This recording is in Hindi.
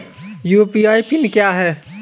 यू.पी.आई पिन क्या है?